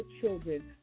children